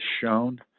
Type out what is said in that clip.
shown